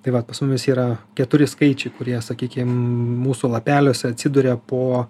tai vat pas mumis yra keturi skaičiai kurie sakykim mūsų lapeliuose atsiduria po